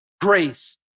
grace